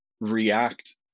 react